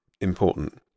important